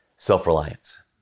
Self-reliance